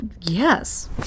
yes